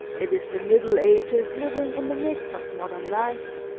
it is the middle ages living in the midst of modern life.